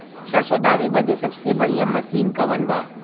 सरसों दावे बदे सबसे बढ़ियां मसिन कवन बा?